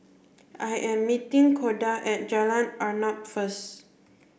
I am meeting Koda at Jalan Arnap first